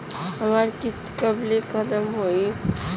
हमार किस्त कब ले खतम होई?